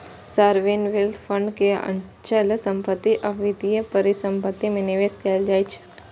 sovereign wealth fund के अचल संपत्ति आ वित्तीय परिसंपत्ति मे निवेश कैल जाइ छै